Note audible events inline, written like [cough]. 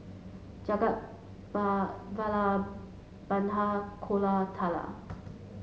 Jagat [unintelligible] Vallabhbhai Koratala